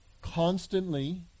constantly